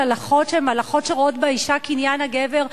הלכות שהן הלכות שרואות באשה קניין הגבר.